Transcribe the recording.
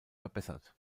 verbessert